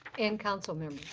and council